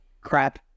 crap